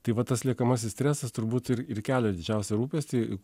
tai va tas liekamasis stresas turbūt ir ir kelia didžiausią rūpestį